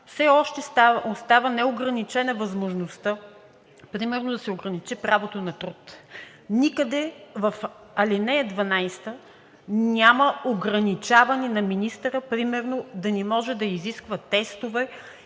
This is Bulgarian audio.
Все още остава неограничена възможността примерно да се ограничи правото на труд. Никъде в ал. 12 няма ограничаване на министъра примерно да не може да изисква тестове